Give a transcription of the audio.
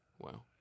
Wow